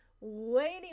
Waiting